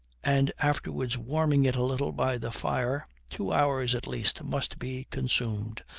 and afterwards warming it a little by the fire, two hours at least must be consumed,